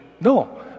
No